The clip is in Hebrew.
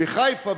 בחיפה,